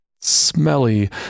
smelly